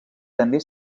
també